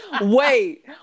Wait